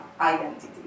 identity